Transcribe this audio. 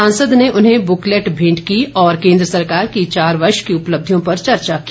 सांसद ने उन्हें बुकलेट भेंट की और केन्द्र सरकार की चार वर्ष की उपलक्षियों पर चर्चा की